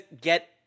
get